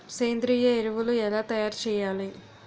సేంద్రీయ ఎరువులు ఎలా తయారు చేయాలి?